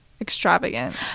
extravagant